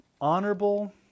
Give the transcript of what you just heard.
honorable